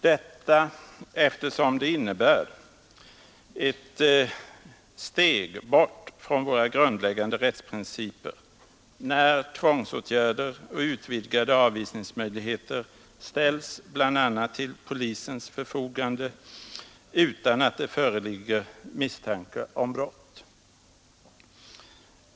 Detta blir fallet eftersom det innebär ett steg bort från våra grundläggande rättsprinciper när tvångsåtgärder och utvidgade avvisningsmöjligheter ställs bl.a. till polisens förfogande utan att det föreligger misstanke om brott.